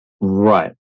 Right